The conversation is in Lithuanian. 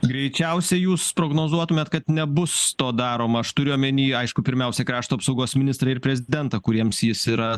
greičiausiai jūs prognozuotumėt kad nebus to daroma aš turiu omeny aišku pirmiausia krašto apsaugos ministrą ir prezidentą kuriems jis yra